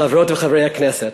חברות וחברי הכנסת,